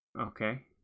Okay